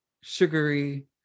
sugary